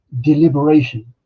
Deliberation